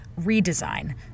Redesign